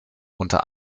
unter